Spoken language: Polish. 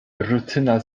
rutyna